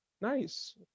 nice